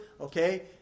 okay